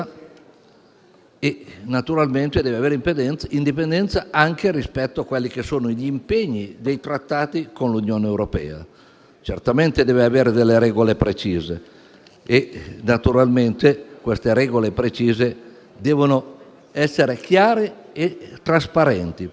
e naturalmente indipendenza anche rispetto agli impegni dei trattati con l'Unione europea. Certamente deve avere delle regole precise e naturalmente queste devono essere chiare e trasparenti,